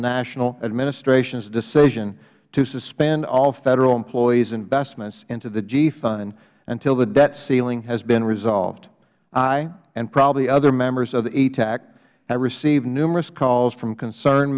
national administration's decision to suspend all federal employees investments into the g fund until the debt ceiling has been resolved i and probably other members of the etac have received numerous calls from concern